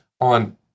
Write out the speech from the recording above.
on